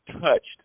touched